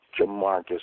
Jamarcus